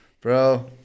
Bro